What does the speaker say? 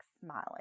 smiling